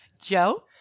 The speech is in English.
Joe